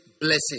blessing